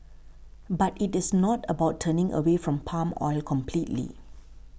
but it is not about turning away from palm oil completely